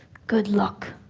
good luck,